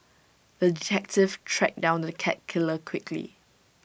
the detective tracked down the cat killer quickly